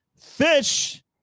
fish